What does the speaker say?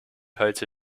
halte